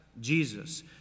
Jesus